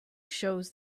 shows